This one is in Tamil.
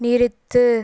நிறுத்து